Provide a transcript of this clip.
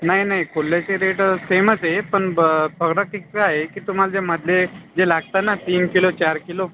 नाही नाही खुल्याचे रेट सेमच आहे पण अं फरक इतका आहे की तुम्हाला जे मधले जे लागतं ना तीन किलो चार किलो